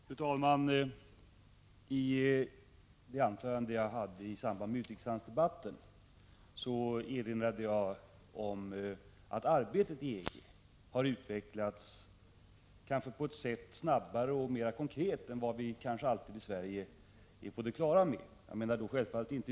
Fru talman! I mitt anförande i samband med utrikeshandelsdebatten erinrade jag om, att arbetet i EG utvecklats snabbare och mer konkret än vad vi kanske alltid i Sverige är på det klara med.